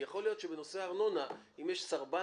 כי יכול להיות שבנושא הארנונה, אם יש סרבן